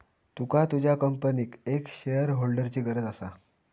तुका तुझ्या कंपनीक एक शेअरहोल्डरची गरज असा